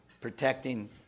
protecting